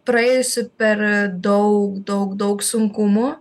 praėjusi per daug daug daug sunkumų